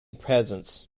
peasants